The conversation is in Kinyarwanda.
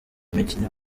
mukino